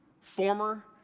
former